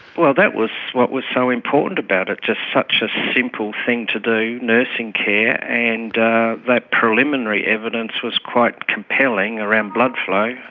well, that was what was so important about it, just such a simple thing to do, nursing care, and that preliminary evidence was quite compelling around blood flow.